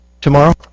tomorrow